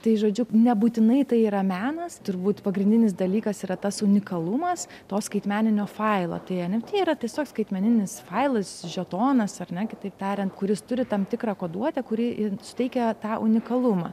tai žodžiu nebūtinai tai yra menas turbūt pagrindinis dalykas yra tas unikalumas to skaitmeninio failo tai en ef tį yra tiesiog skaitmeninis failas žetonas ar ne kitaip tariant kuris turi tam tikrą koduotę kuri jin suteikia tą unikalumą